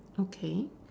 okay